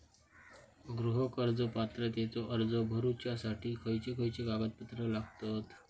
गृह कर्ज पात्रतेचो अर्ज भरुच्यासाठी खयचे खयचे कागदपत्र लागतत?